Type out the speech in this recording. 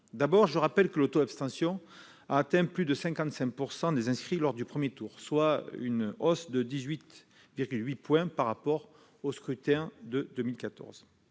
du vote. Je rappelle que le taux d'abstention a atteint plus de 55 % des inscrits lors du premier tour, soit une hausse de 18,8 points par rapport au scrutin de 2014.